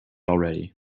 already